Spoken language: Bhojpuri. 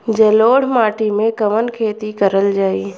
जलोढ़ माटी में कवन खेती करल जाई?